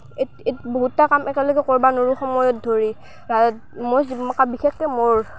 এত এত বহুতটা কাম একেলগে কৰিব নোৱাৰোঁ সময়ত ধৰি মই বিশেষকৈ মোৰ